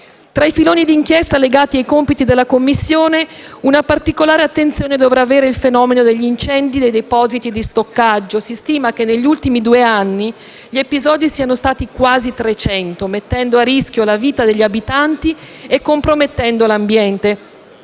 Tra i filoni d'inchiesta legati ai compiti della Commissione, particolare attenzione dovrà avere il fenomeno degli incendi dei depositi di stoccaggio. Si stima che negli ultimi due anni gli episodi siano stati quasi 300, mettendo a rischio la vita degli abitanti e compromettendo l'ambiente.